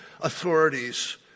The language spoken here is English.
authorities